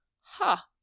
Ha